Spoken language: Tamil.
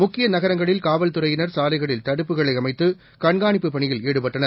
முக்கிய நகரங்களில் காவல் துறையினர் சாலைகளில் தடுப்புகளை அமைத்து கண்காணிப்பு பணியில் ஈடுபட்டனர்